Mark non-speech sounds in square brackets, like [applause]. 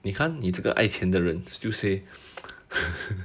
你看你这个爱钱的人 still say [laughs]